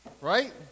Right